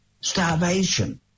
starvation